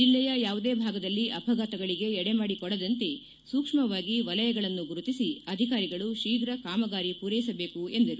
ಜಿಲ್ಲೆಯ ಯಾವುದೇ ಭಾಗದಲ್ಲಿ ಅಪಘಾತಗಳಗೆ ಎಡೆಮಾಡಿಕೊಡದಂತೆ ಸೂಕ್ಷ್ಮವಾಗಿ ವಲಯಗಳನ್ನು ಗುರುತಿಸಿ ಅಧಿಕಾರಿಗಳು ಶೀಘ್ರ ಕಾಮಗಾರಿ ಪೂರೈಸಬೇಕು ಎಂದರು